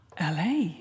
LA